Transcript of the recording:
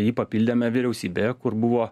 jį papildėme vyriausybėje kur buvo